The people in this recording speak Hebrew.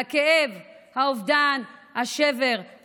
הכאב, האובדן, השבר,